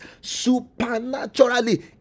supernaturally